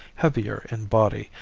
heavier in body,